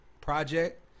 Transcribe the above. project